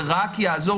זה רק יעזור.